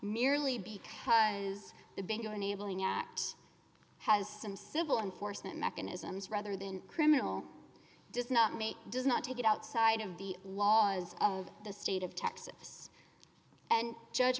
merely because the bingo enabling act has some civil in force and mechanisms rather than criminal does not make does not take it outside of the laws of the state of texas and judge